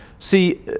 See